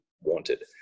wanted